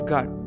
God